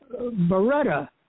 Beretta